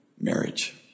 marriage